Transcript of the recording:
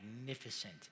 magnificent